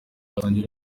batangiye